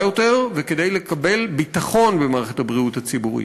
יותר וכדי לקבל ביטחון במערכת הבריאות הציבורית.